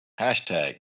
hashtag